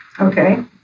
okay